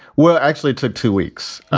well, actually took two weeks. ah